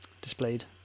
displayed